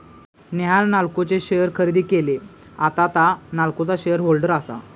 नेहान नाल्को चे शेअर खरेदी केले, आता तां नाल्कोचा शेअर होल्डर आसा